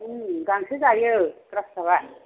गांसो जायो ग्रासकाबआ